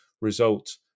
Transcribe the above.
result